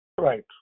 Right